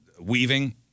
weaving